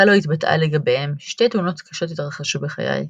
קאלו התבטאה לגביהם "שתי תאונות קשות התרחשו בחיי,